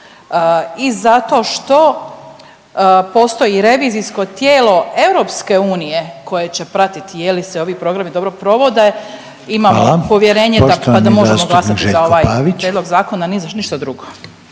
I zato što postoji revizijsko tijelo EU koje će pratiti je li se ovi programi dobro provode …/Upadica: Hvala./… imamo povjerenje pa da možemo glasati za ovaj prijedlog zakona ni za, ništa drugo.